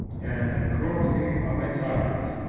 and the cruelty of a tyrant.